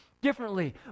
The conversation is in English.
differently